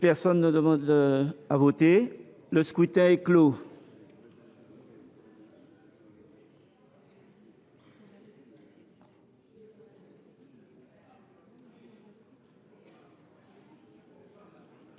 Personne ne demande plus à voter ?… Le scrutin est clos.